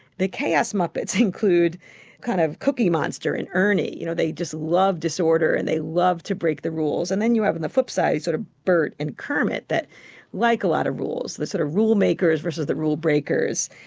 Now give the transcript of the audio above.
the chaos muppets include kind of cookie monster and ernie, you know they just love disorder and they love to break the rules, and then you have on the flip-side sort of burt and kermit that like a lot of rules, the sort of rule makers versus the rule breakers.